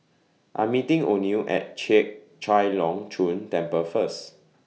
I Am meeting Oneal At Chek Chai Long Chuen Temple First